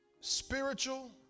spiritual